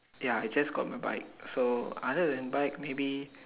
ya I just got my bike so other than bike maybe